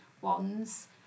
ones